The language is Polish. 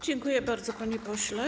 Dziękuję bardzo, panie pośle.